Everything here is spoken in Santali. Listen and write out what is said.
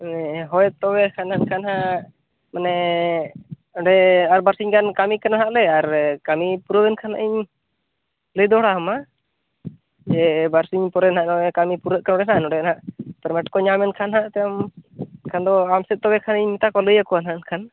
ᱦᱳᱭ ᱛᱚᱵᱮ ᱠᱷᱟᱱ ᱮᱱᱠᱷᱟᱱ ᱦᱟᱸᱜ ᱢᱟᱱᱮ ᱚᱸᱰᱮ ᱟᱨ ᱵᱟᱨᱥᱤ ᱜᱟᱱ ᱠᱟᱹᱢᱤ ᱠᱟᱱᱟ ᱦᱟᱸᱜᱞᱮ ᱟᱨ ᱠᱟᱹᱢᱤ ᱯᱩᱨᱟᱹᱣ ᱮᱱᱠᱷᱟᱱ ᱦᱟᱸᱜ ᱤᱧ ᱞᱟᱹᱭ ᱫᱚᱲᱦᱟ ᱟᱢᱟ ᱡᱮ ᱵᱟᱨᱥᱤᱧ ᱯᱚᱨᱮ ᱱᱟᱦᱟᱜ ᱱᱚᱜᱼᱚᱭ ᱠᱟᱹᱢᱤ ᱯᱩᱨᱟᱹᱜ ᱠᱟᱱᱟ ᱱᱚᱸᱰᱮ ᱱᱟᱦᱟᱜ ᱯᱮᱨᱢᱮᱴ ᱠᱚ ᱧᱟᱢ ᱞᱮᱱᱠᱷᱟᱱ ᱦᱟᱸᱜ ᱮᱛᱮᱢ ᱮᱱᱠᱷᱟᱱ ᱫᱚ ᱟᱢ ᱥᱮᱫ ᱛᱚᱵᱮ ᱠᱷᱟᱱᱤᱧ ᱢᱮᱛᱟᱠᱚᱣᱟ ᱞᱟᱹᱭᱟᱠᱚᱣᱟ ᱮᱱᱠᱷᱟᱱ